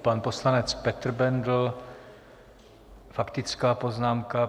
Pan poslanec Petr Bendl, faktická poznámka.